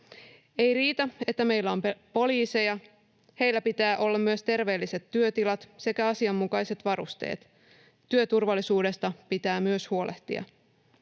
Ei riitä, että meillä on poliiseja. Heillä pitää olla myös terveelliset työtilat sekä asianmukaiset varusteet. Työturvallisuudesta pitää myös huolehtia.